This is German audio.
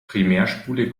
primärspule